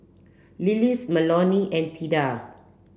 Lillis Melonie and Theda